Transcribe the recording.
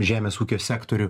žemės ūkio sektorių